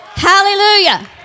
Hallelujah